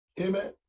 Amen